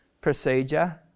procedure